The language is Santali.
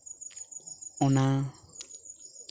ᱚᱱᱟ